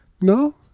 no